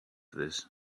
this